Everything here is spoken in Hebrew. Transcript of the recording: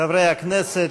חברי הכנסת,